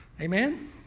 Amen